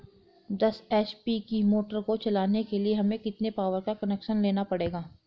दस एच.पी की मोटर को चलाने के लिए हमें कितने पावर का कनेक्शन लेना पड़ेगा?